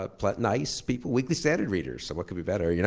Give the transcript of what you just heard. ah but nice people, weekly standard readers, so what could be better, you know